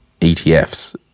ETFs